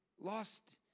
Lost